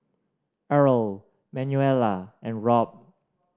Errol Manuela and Robb